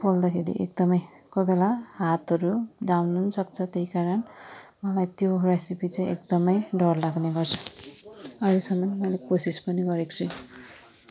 पोल्दाखेरि एकदम कोही बेला हातहरू डाम्नु सक्छ त्यही कारण मलाई त्यो रेसिपी चाहिँ एकदम डर लाग्ने गर्छ अहिलेसम्म मैले कोसिस पनि गरेको छु